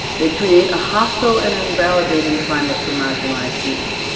they create a hostile and invalidating climate for marginalized groups.